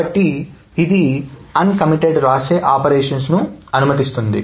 కాబట్టి ఇది uncommitted వ్రాసే ఆపరేషన్స్ అనుమతిస్తుంది